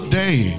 day